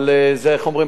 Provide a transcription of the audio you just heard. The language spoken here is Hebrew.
אבל זה, איך אומרים?